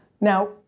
Now